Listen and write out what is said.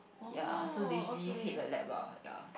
ya so they usually hate the lab lah ya